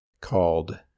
called